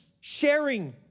sharing